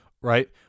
right